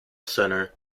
centre